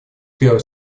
первых